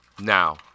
now